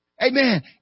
Amen